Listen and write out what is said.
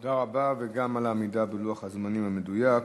תודה רבה, גם על העמידה בלוח הזמנים המדויק,